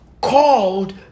called